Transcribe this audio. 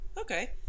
Okay